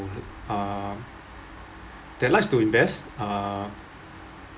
who uh that likes to invest uh